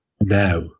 now